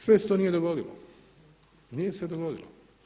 Sve se to nije dogodilo, nije se dogodilo.